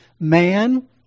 man